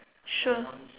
sure